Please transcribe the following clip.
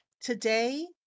Today